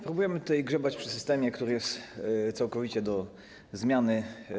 Próbujemy tutaj grzebać przy systemie, który jest całkowicie do zmiany.